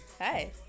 Hi